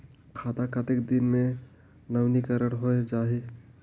खाता कतेक दिन मे नवीनीकरण होए जाहि??